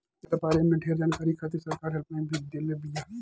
एकरा बारे में ढेर जानकारी खातिर सरकार हेल्पलाइन भी देले बिया